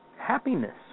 happiness